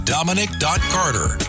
Dominic.Carter